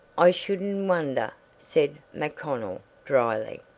i shouldn't wonder, said macconnell dryly.